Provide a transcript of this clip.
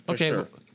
okay